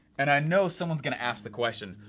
and i know someone is gonna ask the question,